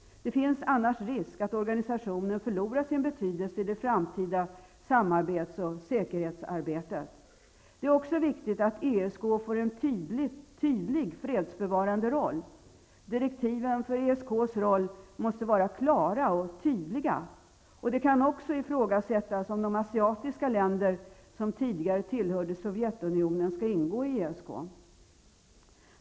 Det finns annars risk att organisationen förlorar sin betydelse i det framtida samarbets och säkerhetsarbetet. Det är även viktigt att ESK får en tydlig fredsbevarande roll. Direktiven för ESK:s roll måste vara klara och tydliga. Det kan också ifrågasättas om de asiatiska länderna, som tidigare tillhörde Sovjetunionen, skall ingå i ESK.